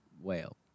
whale